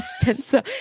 Spencer